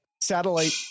satellite